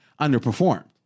underperformed